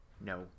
No